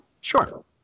sure